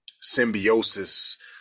symbiosis